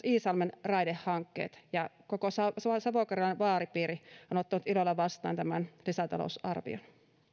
iisalmen raidehankkeet ja koko savo karjalan vaalipiiri on ottanut ilolla vastaan tämän lisätalousarvion